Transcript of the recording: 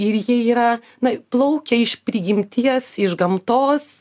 ir jie yra na plaukia iš prigimties iš gamtos